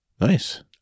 Nice